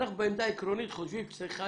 אנחנו בעמדה עקרונית חושבים שצריכה